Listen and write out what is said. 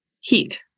heat